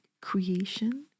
creation